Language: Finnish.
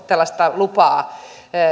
tällaista adoptiolupaa